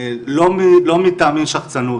לא מטעמי שחצנות,